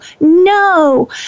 no